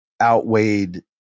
outweighed